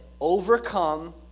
overcome